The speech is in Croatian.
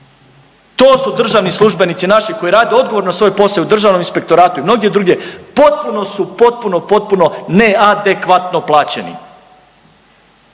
To su državni službenici naši koji rade odgovorno svoj posao u državnom inspektoratu i mnogdje drugdje potpuno su, potpuno, potpuno ne-a-de-kva-tno plaćeni.